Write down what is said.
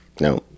no